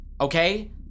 okay